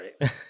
right